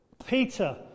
Peter